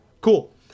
Cool